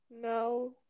No